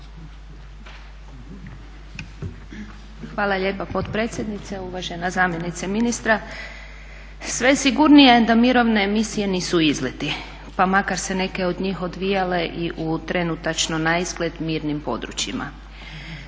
Hvala lijepa potpredsjednice, uvažena zamjenice ministra. Sve je sigurnije da mirovne misije nisu izleti, pa makar se neke od njih odvijale i u trenutačno naizgled mirnim područjima.